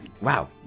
Wow